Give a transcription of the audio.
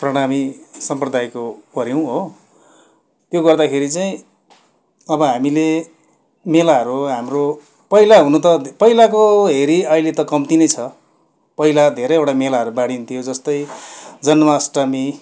प्रणामी सम्प्रदायको पऱ्यौँ हो त्यो गर्दाखेरि चाहिँ अब हामीले मेलाहरू हाम्रो पहिला हुनु त पहिलाको हेरी अहिले त कम्ती नै छ पहिला धेरैवटा मेलाहरू बाडिन्थ्यो जस्तै जन्माष्टमी